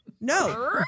No